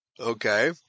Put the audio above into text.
Okay